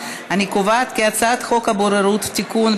את הצעת חוק הבוררות (תיקון,